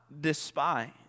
despise